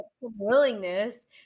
willingness